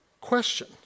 question